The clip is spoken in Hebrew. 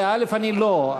אני לא,